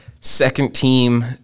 second-team